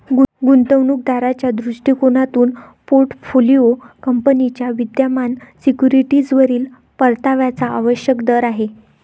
गुंतवणूक दाराच्या दृष्टिकोनातून पोर्टफोलिओ कंपनीच्या विद्यमान सिक्युरिटीजवरील परताव्याचा आवश्यक दर आहे